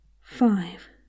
five